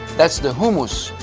that's the hummus.